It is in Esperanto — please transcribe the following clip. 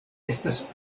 estas